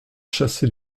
chassé